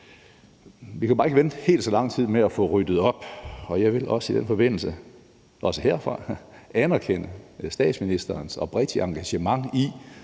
Vi kan bare ikke vente helt så lang tid med at få ryddet op, og jeg vil i den forbindelse også herfra anerkende statsministerens oprigtige engagement i